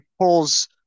pulls